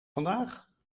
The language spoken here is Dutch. vandaag